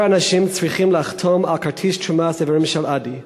יותר אנשים צריכים לחתום על כרטיס תרומת איברים של "אדי".